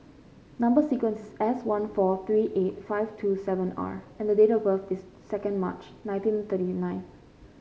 number sequence is S one four three eight five two seven R and date of birth is second March nineteen thirty nine